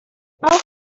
auch